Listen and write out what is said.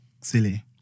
silly